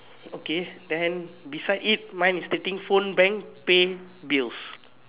okay then beside it mine mine is stating phone bank paint bills